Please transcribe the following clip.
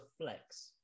flex